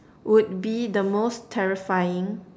would be the most terrifying